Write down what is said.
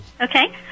Okay